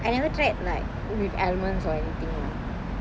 I never tried like with almonds or anything